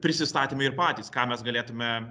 prisistatėme ir patys ką mes galėtume